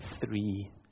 three